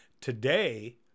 Today